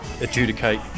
adjudicate